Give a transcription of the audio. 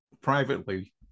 privately